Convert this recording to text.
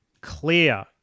clear